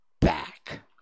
back